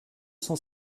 cent